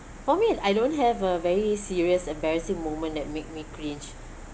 for me I don't have a very serious embarrassing moment that make me cringe